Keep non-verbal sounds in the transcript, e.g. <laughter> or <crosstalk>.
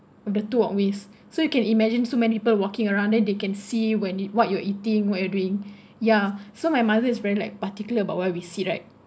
of the two walkways <breath> so you can imagine so many people walking around then they can see when what you're eating what you're doing <breath> ya so my mother is very particular about where we sit right